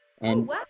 And-